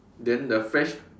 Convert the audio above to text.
then the fresh